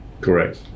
Correct